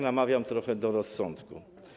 Namawiam trochę do rozsądku.